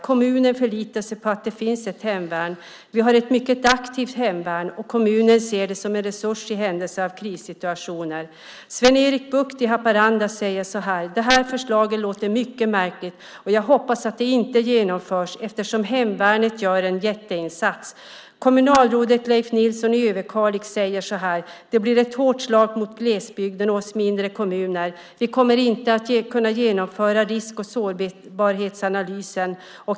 Kommunen förlitar sig på att det finns ett hemvärn. Vi har ett mycket aktivt hemvärn, och kommunen ser det som en resurs i händelse av krissituationer. Sven-Erik Bucht i Haparanda säger så här: Det här förslaget låter mycket märkligt, och jag hoppas att det inte genomförs eftersom hemvärnet gör en jätteinsats. Kommunalrådet Leif Nilsson i Överkalix säger så här: Det blir ett hårt slag mot glesbygden och oss mindre kommuner. Vi kommer inte att kunna genomföra risk och sårbarhetsanalysen.